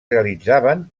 realitzaven